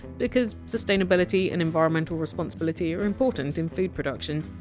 because sustainability and environmental responsibility are important in food production.